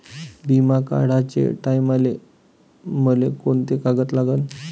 बिमा काढाचे टायमाले मले कोंते कागद लागन?